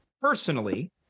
Personally